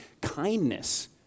kindness